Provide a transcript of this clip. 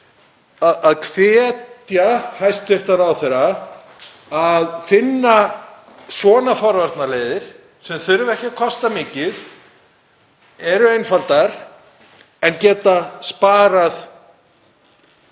að hvetja hæstv. ráðherra að finna forvarnaleiðir sem þurfa ekki að kosta mikið, eru einfaldar en geta sparað